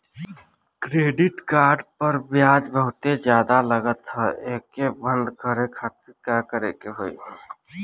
Credit card पर ब्याज बहुते ज्यादा लगत ह एके बंद करे खातिर का करे के होई?